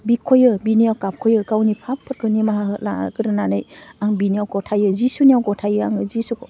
बिख'यो बिनियाव गाबख'यो गावनि फाफफोरखौ निमाहा हो लाग्रोनानै आं बिनियाव गथायो जिसुनियाव गथयो आङो जिसुखौ